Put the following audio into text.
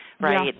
right